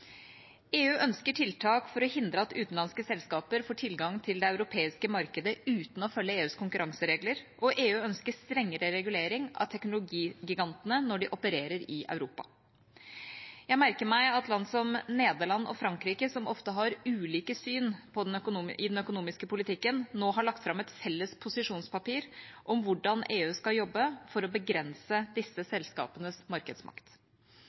EU ønsker tiltak for å hindre at utenlandske selskaper får tilgang til det europeiske markedet uten å følge EUs konkurranseregler, og EU ønsker strengere regulering av teknologigigantene når de opererer i Europa. Jeg merker meg at land som Nederland og Frankrike, som ofte har ulike syn i den økonomiske politikken, nå har lagt fram et felles posisjonspapir om hvordan EU skal jobbe for å begrense disse selskapenes markedsmakt.